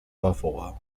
buffalo